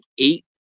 eight